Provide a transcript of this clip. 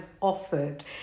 offered